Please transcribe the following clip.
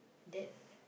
that uh